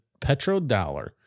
petrodollar